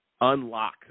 unlock